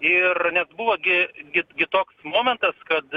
ir net buvo gi gi gi toks momentas kad